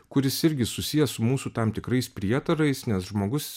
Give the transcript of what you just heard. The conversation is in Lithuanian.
kuris irgi susijęs su mūsų tam tikrais prietarais nes žmogus